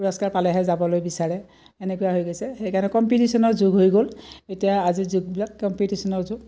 পুৰস্কাৰ পালেহে যাবলৈ বিচাৰে এনেকুৱা হৈ গৈছে সেইকাৰণে কম্পিটিশ্যনৰ যুগ হৈ গ'ল এতিয়া আজিৰ যুগবিলাক কম্পিটিশ্যনৰ যুগ